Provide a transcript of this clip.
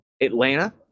atlanta